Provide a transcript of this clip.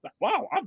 Wow